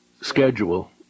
schedule